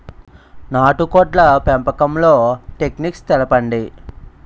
నాటుకోడ్ల పెంపకంలో టెక్నిక్స్ తెలుపండి?